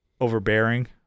overbearing